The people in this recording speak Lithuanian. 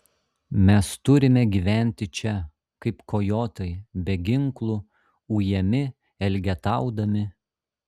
mes turime gyventi čia kaip kojotai be ginklų ujami elgetaudami